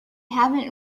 haven’t